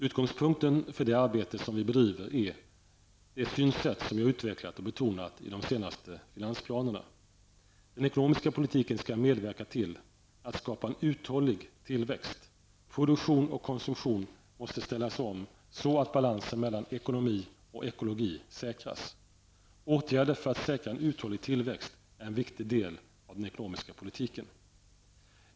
Utgångspunkten för det arbete som vi bedriver är det synsätt som jag utvecklat och betonat i de senaste finansplanerna. Den ekonomiska politiken skall medverka till att skapa en uthållig tillväxt. Produktion och konsumtion måste ställas om så att balansen mellan ekonomi och ekologi säkras. Åtgärder för att säkra en uthållig tillväxt är en viktig del av den ekonomiska politiken.